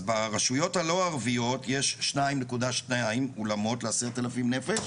אז ברשויות הלא ערביות יש שניים נקודה שניים אולמות לעשרת אלפים נפש.